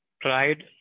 pride